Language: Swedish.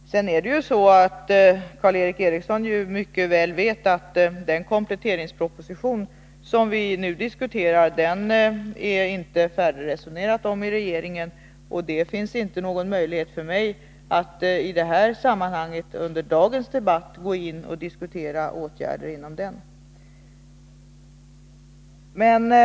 Sedan vet Karl Erik Eriksson mycket väl att regeringen ännu inte har resonerat färdigt om den kompletteringsproposition som vi nu diskuterar. Det finns inte någon möjlighet för mig att under dagens debatt gå in och diskutera åtgärder som kan komma att föreslås i den.